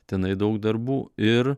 tenai daug darbų ir